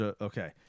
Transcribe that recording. Okay